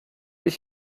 ich